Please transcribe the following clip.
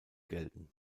gelten